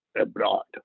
abroad